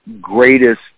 greatest